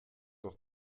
doch